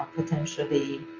um potentially,